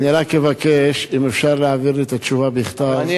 אני רק אבקש אם אפשר להעביר לי את התשובה בכתב,